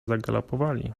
zagalopowali